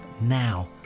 now